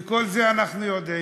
את כל זה אנחנו יודעים.